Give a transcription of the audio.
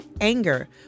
anger